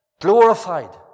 glorified